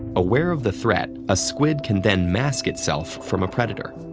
aware of the threat, a squid can then mask itself from a predator.